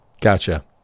Gotcha